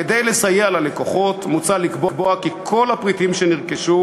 כדי לסייע ללקוחות מוצע לקבוע כי כל הפריטים שנרכשו